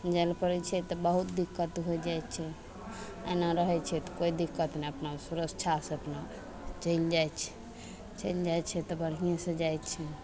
जाइ लए पड़य छै तऽ बहुत दिक्कत होइ जाइ छै एना रहय छै तऽ कोइ दिक्कत नहि अपना सुरक्षासँ अपना चलि जाइ छै चलि जाइ छै तऽ बढियेंसँ जाइ छै